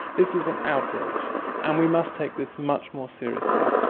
this is an outrage and we must take this much more seriously.